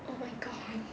oh my god